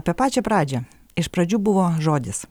apie pačią pradžią iš pradžių buvo žodis